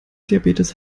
diabetes